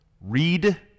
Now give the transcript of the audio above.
Read